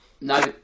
No